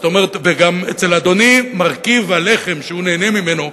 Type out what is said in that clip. וגם אצל אדוני, מרכיב הלחם, שהוא נהנה ממנו,